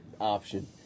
option